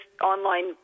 online